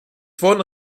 wurden